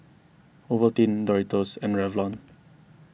Ovaltine Doritos and Revlon